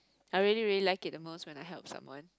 I really really like it the most when I help someone